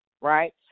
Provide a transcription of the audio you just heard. Right